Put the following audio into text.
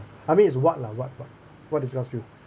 I mean it's what lah what what what disgusts you